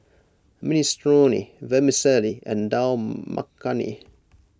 Minestrone Vermicelli and Dal Makhani